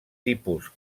tipus